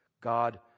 God